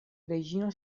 reĝino